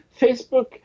facebook